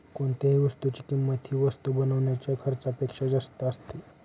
कोणत्याही वस्तूची किंमत ही वस्तू बनवण्याच्या खर्चापेक्षा जास्त असते